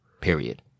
period